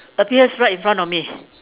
appears right in front of me